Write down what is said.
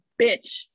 bitch